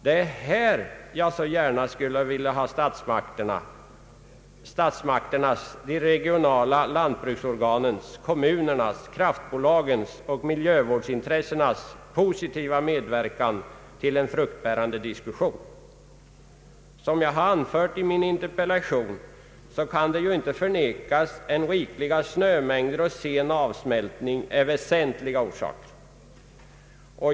Det är här jag gärna skulle vilja ha statsmakternas, de regionala lantbruksorganens, kommunernas, kraftbolagens och miljövårdsintressenas positiva medverkan till en fruktbärande diskussion. Som jag anfört i min interpellation, kan ju inte förnekas att rikliga snömängder och sen avsmältning är väsentliga orsaker.